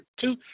two